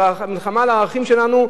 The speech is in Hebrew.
ובמלחמה על הערכים שלנו,